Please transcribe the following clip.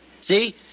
See